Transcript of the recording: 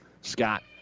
Scott